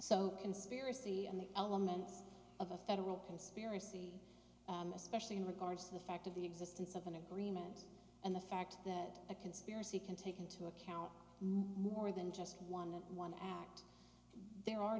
so conspiracy and the elements of a federal conspiracy especially in regards to the fact of the existence of an agreement and the fact that a conspiracy can take into account more than just one one act there are